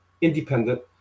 independent